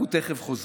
אנחנו תכף חוזרים.